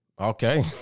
Okay